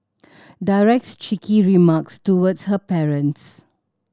directs cheeky remarks towards her parents